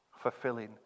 fulfilling